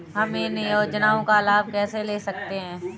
हम इन योजनाओं का लाभ कैसे ले सकते हैं?